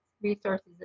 resources